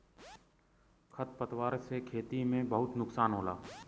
खर पतवार से खेती में बहुत नुकसान होला